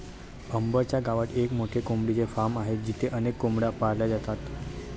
अंबर च्या गावात एक मोठे कोंबडीचे फार्म आहे जिथे अनेक कोंबड्या पाळल्या जातात